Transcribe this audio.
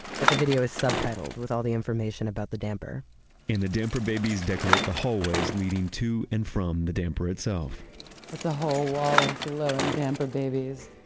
but the video is subtitled with all the information about the damper the damper babies decorate the hallways leading to and from the damper itself it's a whole wall of glowing damper babies.